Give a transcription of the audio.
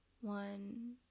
One